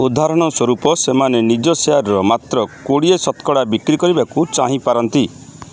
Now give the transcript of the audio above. ଉଦାହରଣ ସ୍ୱରୂପ ସେମାନେ ନିଜ ସେୟାର୍ର ମାତ୍ର କୋଡ଼ିଏ ଶତକଡ଼ା ବିକ୍ରି କରିବାକୁ ଚାହିଁ ପାରନ୍ତି